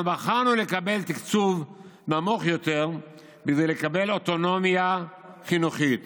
אנחנו בחרנו לקבל תקצוב נמוך יותר כדי לקבל אוטונומיה חינוכית